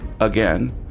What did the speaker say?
again